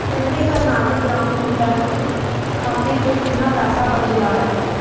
मेरे कर्नाटक ग्रामीण बैंक खाते च किन्ना पैसा बचे दा ऐ